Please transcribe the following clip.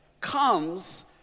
comes